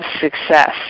success